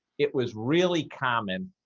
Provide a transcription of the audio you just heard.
it was really common